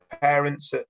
parents